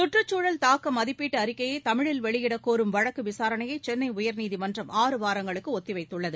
சுற்றுச்சூழல் தாக்க மதிப்பீட்டு அறிக்கையை தமிழில் வெளியிட கோரும் வழக்கு விசாரணையை சென்னை உயா்நீதிமன்றம் ஆறு வாரங்களுக்கு ஒத்திவைத்துள்ளது